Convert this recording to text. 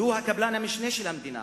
והוא קבלן המשנה של המדינה.